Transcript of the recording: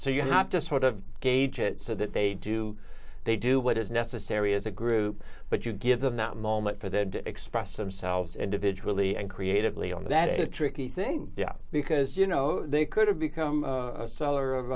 so you have to sort of gauge it so that they do they do what is necessary as a group but you give them that moment for them to express themselves and to vigilantly and creatively on that is a tricky thing yeah because you know they could have become a seller of